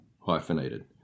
hyphenated